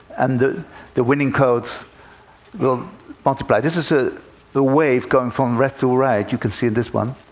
and the the winning codes will multiply. this is ah the wave, going from left to right. you can see this one.